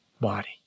body